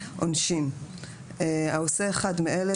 "עונשין 6. (א) העושה אחד מאלה,